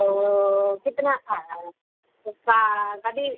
ओ कितना कति कति